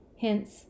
Hence